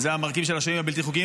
וזה המרכיב של השוהים הבלתי-חוקיים,